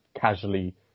casually